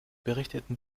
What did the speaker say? berichteten